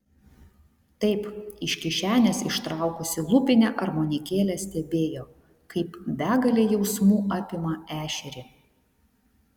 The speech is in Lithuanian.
taip iš kišenės ištraukusi lūpinę armonikėlę stebėjo kaip begalė jausmų apima ešerį